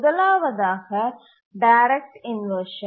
முதலாவதாக direct inversion